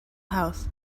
house